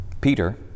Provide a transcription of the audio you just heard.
Peter